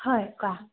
হয় কোৱা